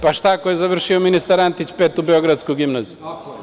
Pa šta ako je završio ministar Antić Petu beogradsku gimnaziju?